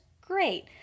great